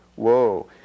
Whoa